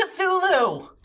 Cthulhu